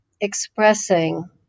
expressing